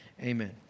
Amen